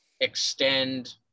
extend